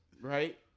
Right